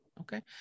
Okay